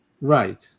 Right